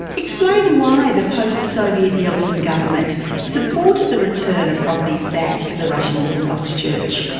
explain why the post-soviet yeltsin government supported the return of properties back to the russian orthodox church.